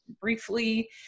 briefly